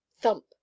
thump